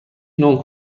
non